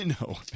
No